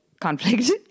conflict